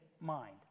mind